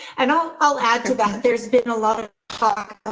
and i'll, i'll add to that. there's been a lot of talk.